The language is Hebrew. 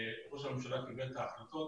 ראש הממשלה קיבל את ההחלטות.